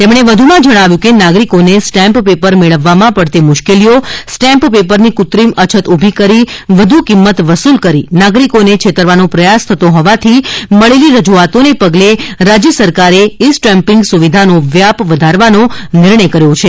તેમણે વધુમાં જણાવ્યું છે કે નાગરિકોને સ્ટેમ્પ પેપર મેળવવામાં પડતી મુશ્કેલીઓ સ્ટેમ્પ પેપરની કૃત્રિમ અછત ઊભી કરી વધુ કિંમત વસુલ કરી નાગરિકોને છેતરવાનો પ્રયાસ થતો હોવાથી મળેલી રજૂઆતોને પગલે રાજ્ય સરકારે ઈ સ્ટેમ્પિંગ સુવિધાનો વ્યાપ વધારવાનો નિર્ણય કર્યો છે